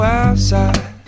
outside